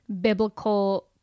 biblical